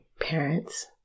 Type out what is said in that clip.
parents